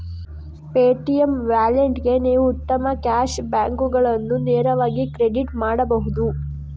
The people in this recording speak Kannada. ಪೇಟಿಎಮ್ ವ್ಯಾಲೆಟ್ಗೆ ನೀವು ಉತ್ತಮ ಕ್ಯಾಶ್ ಬ್ಯಾಕುಗಳನ್ನು ನೇರವಾಗಿ ಕ್ರೆಡಿಟ್ ಪಡೆಯಬಹುದು